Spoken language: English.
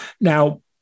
now